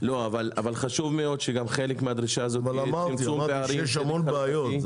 חשוב מאוד שחלק מהדרישה הזאת תהיה בערים --- אמרתי שיש המון בעיות.